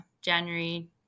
January